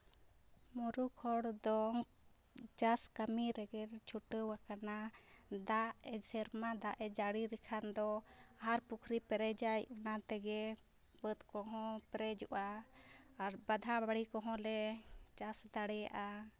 ᱢᱩᱨᱩᱠ ᱦᱚᱲ ᱪᱟᱥ ᱠᱟᱹᱢᱤ ᱨᱮᱜᱮ ᱪᱷᱩᱴᱟᱹᱣ ᱟᱠᱟᱱᱟ ᱫᱟᱜ ᱥᱮᱨᱢᱟ ᱫᱟᱜᱮ ᱡᱟᱹᱲᱤ ᱞᱮᱠᱷᱟᱱ ᱫᱚ ᱟᱦᱟᱨ ᱯᱩᱠᱷᱨᱤ ᱯᱮᱨᱮᱡᱟᱭ ᱚᱱᱟ ᱛᱮᱜᱮ ᱵᱟᱹᱫᱽ ᱠᱚ ᱦᱚᱸ ᱯᱮᱨᱮᱡᱚᱜᱼᱟ ᱟᱨ ᱵᱟᱫᱷᱟ ᱵᱟᱹᱲᱤ ᱠᱚ ᱦᱚᱸ ᱞᱮ ᱪᱟᱥ ᱫᱟᱲᱮᱭᱟᱜᱼᱟ